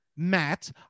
Matt